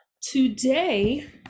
today